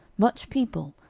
much people,